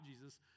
Jesus